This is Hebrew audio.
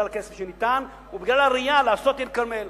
הכסף שניתן ובגלל הראייה לעשות את עיר-הכרמל.